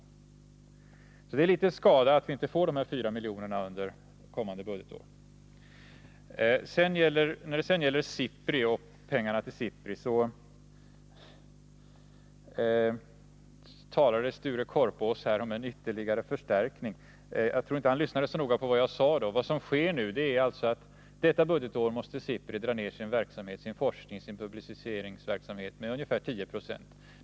Det är alltså litet synd att vi inte får de här fyra miljonerna under kommande budgetår. När det sedan gäller pengarna till SIPRI talade Sture Korpås om en ytterligare förstärkning. Jag tror inte att han lyssnade så noga till vad jag sade. Vad som sker är nämligen att under detta budgetår måste SIPRI dra ner sin verksamhet — sin forskning, sin publiceringsverksamhet osv. — med ungefär 10 20.